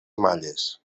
malles